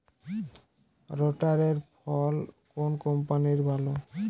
রোটারের ফল কোন কম্পানির ভালো?